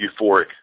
euphoric